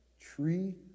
tree